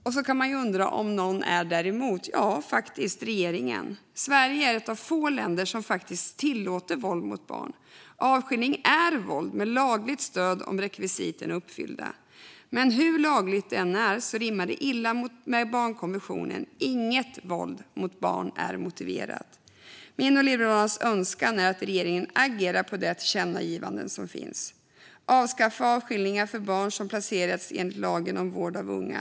Man kan undra om någon är däremot. Ja, faktiskt, regeringen. Sverige är ett av få länder som tillåter våld mot barn. Avskiljning är våld, med lagligt stöd om rekvisiten är uppfyllda. Men hur lagligt det än är så rimmar det illa med barnkonventionen. Där står att inget våld mot barn är motiverat. Min och Liberalernas önskan är att regeringen agerar på det tillkännagivande som finns. Avskaffa avskiljningar för barn som placerats enligt lagen om vård av unga!